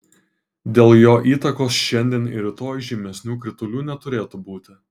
dėl jo įtakos šiandien ir rytoj žymesnių kritulių neturėtų būti